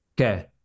Okay